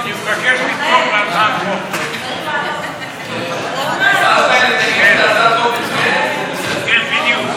תגיד שזה הצעת חוק מצוינת,